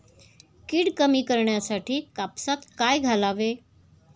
कीड कमी करण्यासाठी कापसात काय घालावे?